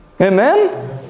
Amen